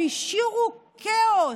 שהשאירו כאוס,